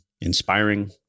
inspiring